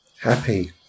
happy